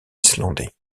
islandais